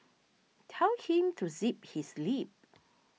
tell him to zip his lip